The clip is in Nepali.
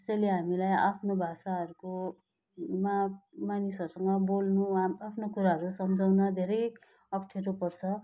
त्यसैले हामीलाई आफ्नो भाषाहरूको मा मानिसहरूसँग बोल्नु वा आफ्ना कुराहरू सम्झाउन धेरै अप्ठ्यारो पर्छ